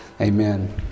Amen